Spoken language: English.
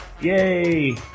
yay